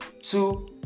two